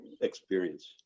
experience